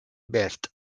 based